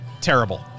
Terrible